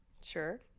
Sure